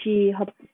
she her